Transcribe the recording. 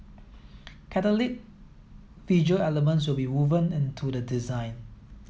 catholic visual elements will be woven into the design